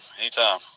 anytime